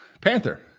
Panther